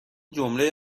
جمله